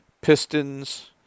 Pistons